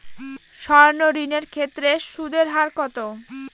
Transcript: সর্ণ ঋণ এর ক্ষেত্রে সুদ এর হার কত?